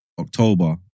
October